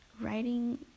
writing